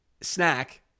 snack